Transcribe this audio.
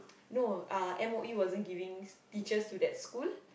no uh M_O_E wasn't giving teachers to that school